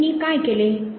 मर्फीनी काय केले